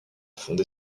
fondé